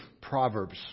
Proverbs